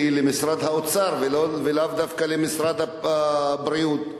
למשרד האוצר ולאו דווקא למשרד הבריאות,